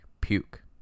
puke